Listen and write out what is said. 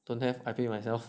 don't have I pay you myself